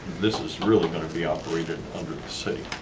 this is really gonna be operated under the city,